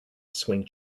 swing